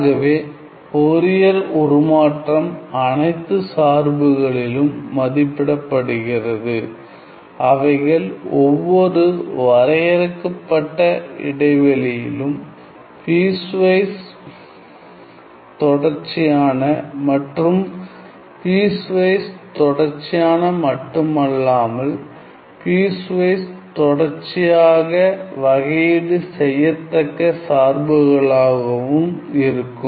ஆகவே ஃபோரியர் உருமாற்றம் அனைத்து சார்புகளிலும் மதிப்பிடப்படுகிறது அவைகள் ஒவ்வொரு வரையறுக்கப்பட்ட இடைவெளியிலும் பீஸ்வைஸ் தொடர்ச்சியான மற்றும் பீஸ்வைஸ் தொடர்ச்சியான மட்டுமல்லாமல் பீஸ்வைஸ் தொடர்ச்சியாக வகையீடு செய்யத்தக்க சார்புகளாகவும் இருக்கும்